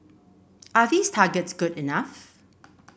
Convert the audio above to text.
are these targets good enough